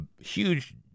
huge